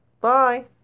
Bye